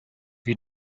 wie